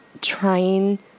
trying –